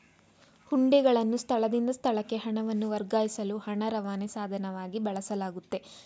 ಹುಂಡಿಗಳನ್ನು ಸ್ಥಳದಿಂದ ಸ್ಥಳಕ್ಕೆ ಹಣವನ್ನು ವರ್ಗಾಯಿಸಲು ಹಣ ರವಾನೆ ಸಾಧನವಾಗಿ ಬಳಸಲಾಗುತ್ತೆ